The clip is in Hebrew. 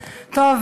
טוב,